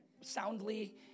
soundly